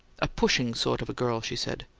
a pushing sort of girl, she said.